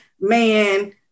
man